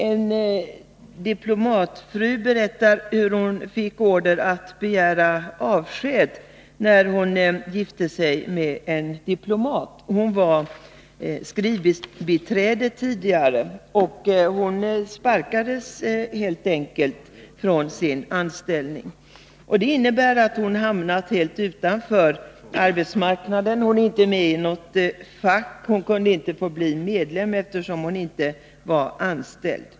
En diplomatfru berättar hur hon fick order att begära avsked när hon gifte sig med en diplomat. Hon var tidigare skrivbiträde, och hon sparkades helt enkelt från sin anställning. Det innebar att hon hamnade helt utanför arbetsmarknaden. Hon kunde inte bli fackligt ansluten, eftersom hon inte var anställd.